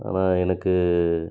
ஆனால் எனக்கு